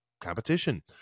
competition